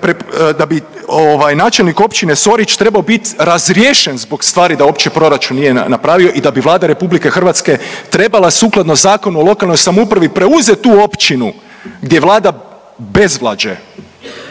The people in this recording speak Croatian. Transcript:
pre…, da bi ovaj načelnik općine Sorić trebao bit razriješen zbog stvari da uopće proračun nije napravio i da bi Vlada RH trebala sukladno Zakonu o lokalnoj samoupravi preuzet tu općinu gdje vlada bezvlađe,